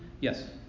Yes